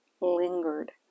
lingered